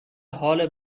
حال